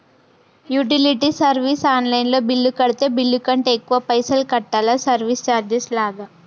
Utility service online లో bill కడితే bill కంటే ఎక్కువ పైసల్ కట్టాలా సర్వీస్ చార్జెస్ లాగా?